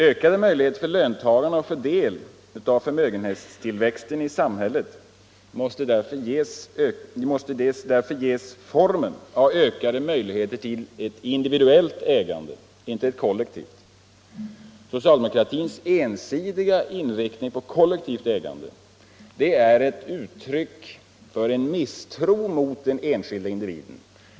Ökade möjligheter för löntagarna att få del av förmögenhetstillväxten i samhället måste därför ges formen av ökade möjligheter till individuellt ägande — inte kollektivt. Socialdemokratins ensidiga inriktning på kollektivt ägande är ett uttryck för en misstro mot den enskilda människan.